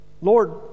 Lord